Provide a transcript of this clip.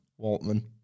Waltman